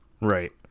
right